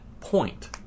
point